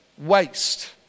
waste